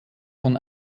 von